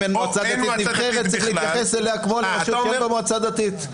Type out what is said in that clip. אם אין מועצה דתית נבחרת צריך להתייחס כמו אל רשות שיש בה מועצה דתית.